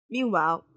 Meanwhile